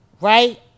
right